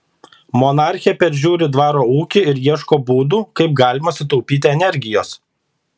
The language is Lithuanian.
monarchė peržiūri dvaro ūkį ir ieško būdų kaip galima sutaupyti energijos